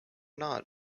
not